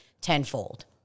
tenfold